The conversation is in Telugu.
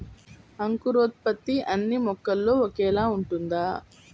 అంకురోత్పత్తి అన్నీ మొక్కల్లో ఒకేలా ఉంటుందా?